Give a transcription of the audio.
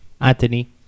Anthony